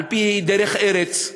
על-פי דרך ארץ,